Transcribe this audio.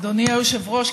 אדוני היושב-ראש,